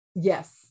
yes